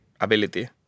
ability